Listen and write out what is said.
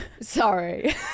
sorry